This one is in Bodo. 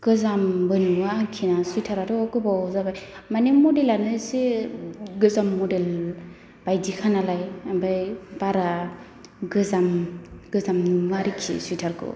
गोजामबो नुवा आरोखि ना सुइथाराथ' गोबाव जाबाय माने मदेलानो एसेे गोजाम मदेल बायदिखा नालाय ओमफ्राय बारा गोजाम गोजाम नुवा आरोखि सुइथारखौ